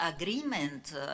agreement